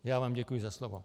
Já vám děkuji za slovo.